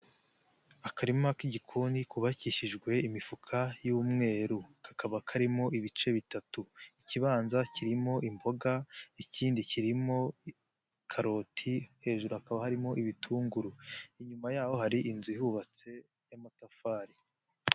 Akarima k'igikoni kubabakishijwe imifuka y'umweru, kakaba karimo ibice bitatu ikibanza kirimo imboga, ikindi kirimo karoti, hejuru hakaba harimo ibitunguru, inyuma yaho hari inzu ihubatse y'amatafari.